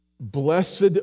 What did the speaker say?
blessed